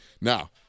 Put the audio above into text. Now